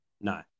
No